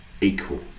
equal